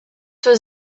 was